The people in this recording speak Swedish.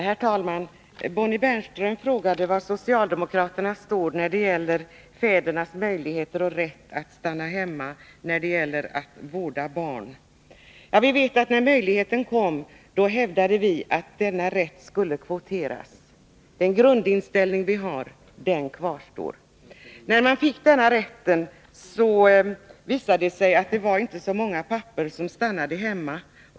Herr talman! Bonnie Bernström frågade var socialdemokraterna står när det gäller fädernas möjligheter och rätt att stanna hemma för att vårda barn. När den här möjligheten gavs föräldrarna, hävdade vi att denna rätt skulle kvoteras. Denna vår grundinställning kvarstår. När detta infördes i föräldraförsäkringen, visade det sig att det inte var så många pappor som stannade hemma.